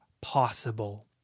possible